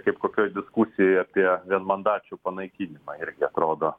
kaip kokioj diskusijoj apie vienmandačių panaikinimą irgi rodo